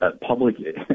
Public